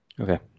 Okay